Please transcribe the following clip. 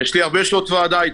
יש לי הרבה שעות ועדה אתכם.